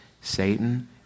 Satan